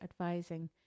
advising